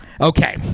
Okay